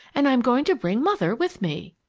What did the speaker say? and i'm going to bring mother with me.